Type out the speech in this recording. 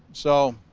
so